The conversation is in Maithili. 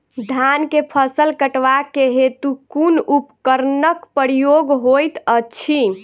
धान केँ फसल कटवा केँ हेतु कुन उपकरणक प्रयोग होइत अछि?